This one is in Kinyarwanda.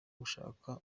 gushaka